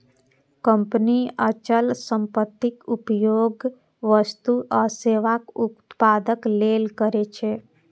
company अचल संपत्तिक उपयोग वस्तु आ सेवाक उत्पादन लेल करै छै